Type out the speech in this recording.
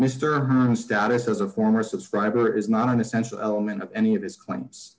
mr status as a former subscriber is not an essential element of any of this claims